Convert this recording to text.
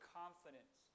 confidence